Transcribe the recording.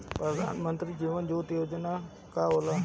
प्रधानमंत्री जीवन ज्योति बीमा योजना का होला?